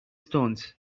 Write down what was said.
stones